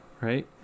Right